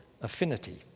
affinity